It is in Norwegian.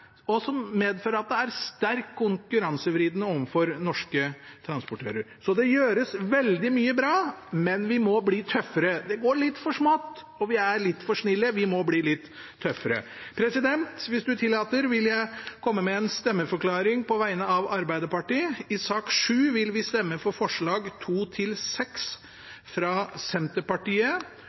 noe som medfører at det er sterkt konkurransevridende overfor norske transportører. Så det gjøres veldig mye bra, men vi må bli tøffere. Det går litt for smått, og vi er litt for snille. Vi må bli litt tøffere. Hvis presidenten tillater det, vil jeg komme med en stemmeforklaring på vegne av Arbeiderpartiet: I sak nr. 7 vil vi stemme for forslagene nr. 2–6, fra Senterpartiet,